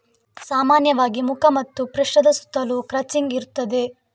ಸಾಮಾನ್ಯವಾಗಿ ಮುಖ ಮತ್ತು ಪೃಷ್ಠದ ಸುತ್ತಲೂ ಕ್ರಚಿಂಗ್ ಇರುತ್ತದೆ